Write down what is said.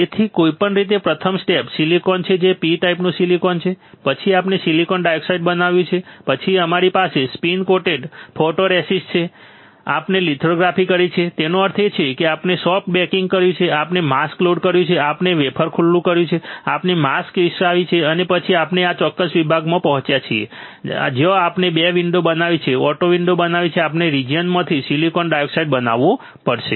તેથી કોઈપણ રીતે પ્રથમ સ્ટેપ સિલિકોન છે જે P ટાઈપનું સિલિકોન છે પછી આપણે સિલિકોન ડાયોક્સાઇડ બનાવ્યું છે પછી અમારી પાસે સ્પિન કોટેડ ફોટોરેસિસ્ટ છે આપણે લિથોગ્રાફી કરી છે તેનો અર્થ એ છે કે આપણે સોફ્ટ બેકિંગ કર્યું છે આપણે માસ્ક લોડ કર્યું છે આપણે વેફર ખુલ્લું કર્યું છે આપણે માસ્ક વિકસાવી છે અને પછી આપણે આ ચોક્કસ વિભાગમાં પહોંચ્યા છીએ જ્યાં આપણે 2 વિન્ડો બનાવીને ઓટો વિન્ડો બનાવી છે આપણે આ રીજીયનમાંથી સિલિકોન ડાયોક્સાઇડ બનાવવું પડશે